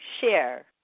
share